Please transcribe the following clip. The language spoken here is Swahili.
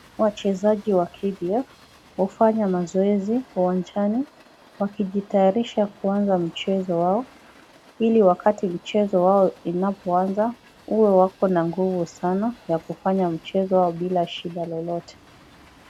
Wachezaji wa KDF hufanya mazoezi uwanjani wakijitayarisha kuanza mchezo wao ili wakati mchezo wao inapoanza iwe wako na nguvu sana ya kufanya mchezo wao bila shida lolote.